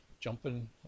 jumping